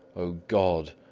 o god!